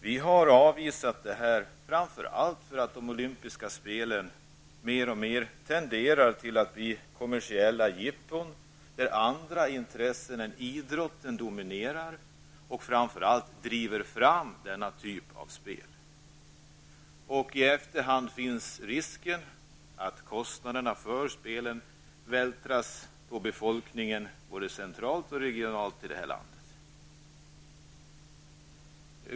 Vi har avvisat förslaget framför allt av den anledningen att de olympiska spelen tenderar att mer och mer bli kommersiella jippon, där andra intressen än idrotten dominerar, och det är främst dessa som driver fram denna typ av spel. Det finns en risk för att kostnaderna i efterhand vältras över på befolkningen i detta land både centralt och regionalt.